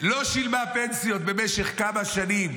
ולא שילמה פנסיות במשך כמה שנים,